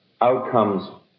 outcomes